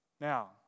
Now